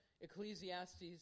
Ecclesiastes